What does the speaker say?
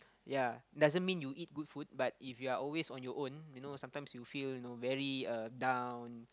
yea doesn't mean you eat good food but if you're always on your own you know sometimes you feel you know very uh down